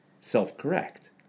self-correct